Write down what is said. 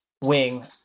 wing